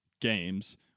games